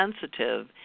sensitive